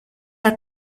are